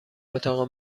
اتاق